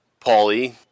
Paulie